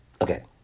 Okay